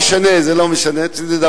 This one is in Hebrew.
זה לא משנה, זה לא משנה, נדבר.